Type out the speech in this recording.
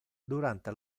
durante